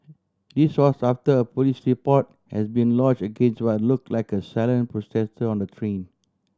this was after a police report has been lodged against what looked like a silent protest on the train